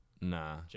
Nah